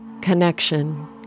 connection